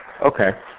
Okay